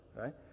right